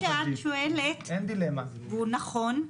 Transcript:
מה שאת שואלת הוא נכון,